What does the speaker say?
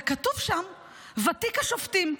וכתוב שם "ותיק השופטים".